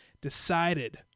decided